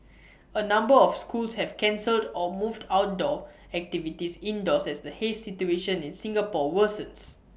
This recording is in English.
A number of schools have cancelled or moved outdoor activities indoors as the haze situation in Singapore worsens